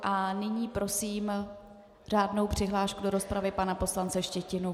A nyní prosím řádnou přihlášku do rozpravy pana poslance Štětinu.